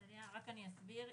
רק אני אסביר.